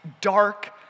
dark